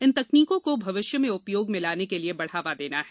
इन तकनीकों को भविष्य में उपयोग में लाने के लिए बढ़ावा देना हैं